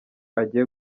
agiye